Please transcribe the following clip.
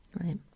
right